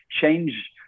change